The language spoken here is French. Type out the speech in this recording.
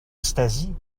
stasi